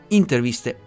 interviste